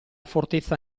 fortezza